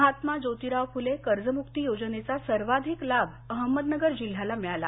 महात्मा जोतिराव फुले कर्जमुक्ती योजनेचा सर्वाधिक लाभ अहमदनगर जिल्ह्याला मिळाला